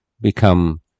become